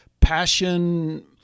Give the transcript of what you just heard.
passion